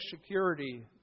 security